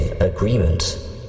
agreement